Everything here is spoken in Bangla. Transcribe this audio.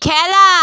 খেলা